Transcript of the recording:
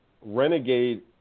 Renegade